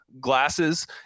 glasses